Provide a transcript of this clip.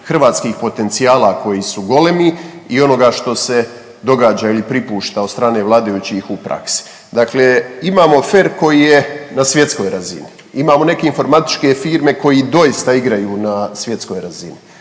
hrvatskih potencijala koji su golemi i onoga što se događa ili pripušta od strane vladajućih u praksi. Dakle, imamo fer koji je na svjetskoj razini, imamo neke informatičke firme koji doista igraju na svjetskoj razini.